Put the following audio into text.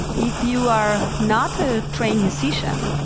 if you are not a trained musician,